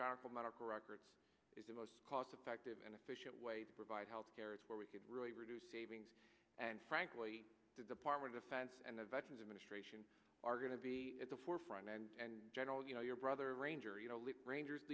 electronic medical records is the most cost effective and efficient way to provide health care is where we really reduce savings and frankly the department of defense and the veterans administration are going to be at the forefront and general you know your brother ranger you know ranger